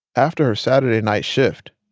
after her saturday night shift,